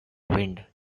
wind